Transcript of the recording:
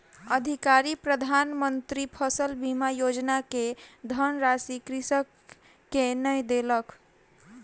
अधिकारी प्रधान मंत्री फसल बीमा योजना के धनराशि कृषक के नै देलक